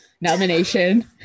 nomination